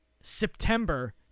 September